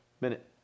Minute